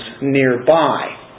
nearby